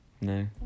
No